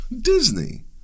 Disney